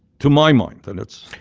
to my mind, then it's.